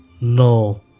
No